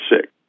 sick